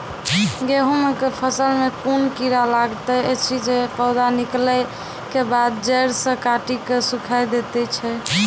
गेहूँमक फसल मे कून कीड़ा लागतै ऐछि जे पौधा निकलै केबाद जैर सऽ काटि कऽ सूखे दैति छै?